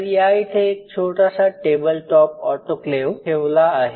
तर या इथे एक छोटासा टेबल टॉप ऑटोक्लेव ठेवला आहे